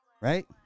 right